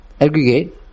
aggregate